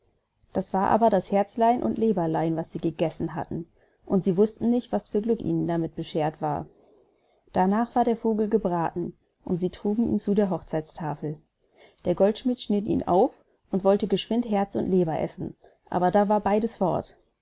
das war aber das herzlein und leberlein was sie gegessen hatten und sie wußten nicht was für glück ihnen damit beschert war darnach war der vogel gebraten und sie trugen ihn zu der hochzeitstafel der goldschmidt schnitt ihn auf und wollte geschwind herz und leber essen aber da war beides fort